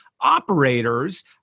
operators